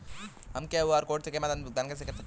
हम QR code के माध्यम से भुगतान कैसे कर सकते हैं?